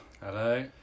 Hello